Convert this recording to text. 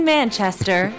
Manchester